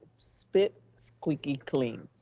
spit squeaky clean,